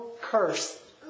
curse